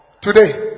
Today